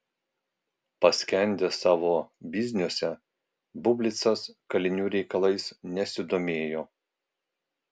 paskendęs savo bizniuose bublicas kalinių reikalais nesidomėjo